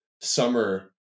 summer